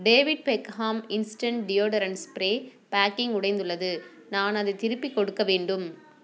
David Beckham instant deodorant spray packing உடைந்துள்ளது நான் அதைத் திருப்பிக் கொடுக்க வேண்டும்